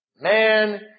Man